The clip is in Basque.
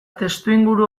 testuinguru